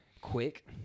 Quick